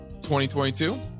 2022